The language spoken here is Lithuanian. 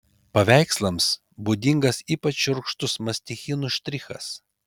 paveikslams būdingas ypač šiurkštus mastichinų štrichas